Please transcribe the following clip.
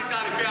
הבעיה עם זה?